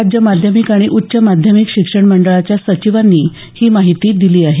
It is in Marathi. राज्य माध्यमिक आणि उच्च माध्यमिक शिक्षण मंडळाच्या सचिवांनी ही माहिती दिली आहे